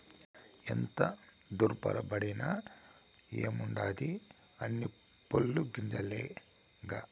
ఎంత తూర్పారబట్టిన ఏముండాది అన్నీ పొల్లు గింజలేగా